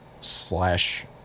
slash